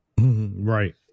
right